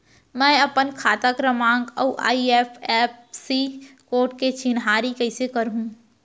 मैं अपन खाता क्रमाँक अऊ आई.एफ.एस.सी कोड के चिन्हारी कइसे करहूँ?